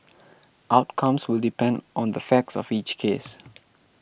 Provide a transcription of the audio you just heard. outcomes will depend on the facts of each case